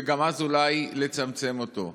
וגם אז אולי לצמצם אותו.